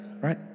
Right